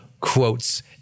quotes